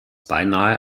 beinahe